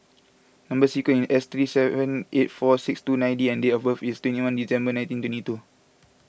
Number Sequence is S three seven eight four six two nine D and date of birth is twenty one December nineteen twenty two